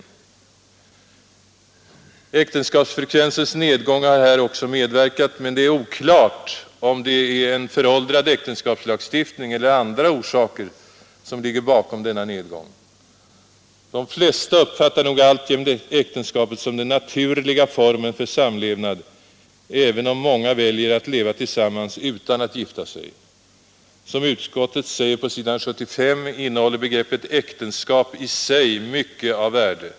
Äktenskapsfrekvensens nedgång har här också medverkat, men det är oklart om det är en föråldrad äktenskapslagstiftning eller andra orsaker Onsdagen den som ligger bakom denna nedgång. De flesta uppfattar nog alltjämt 30 maj 1973 äktenskapet som den naturliga formen för samlevnad, även om många 3 —— väljer att leva tillsammans utan att gifta sig. Som utskottet säger på s. 75 Åktenskapslagstiftinnehåller begreppet äktenskap i sig mycket av värde.